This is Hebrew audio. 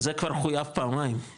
זה כבר חויב פעמיים,